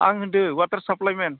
आं होनदो अवाटार साप्लाय मेन